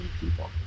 people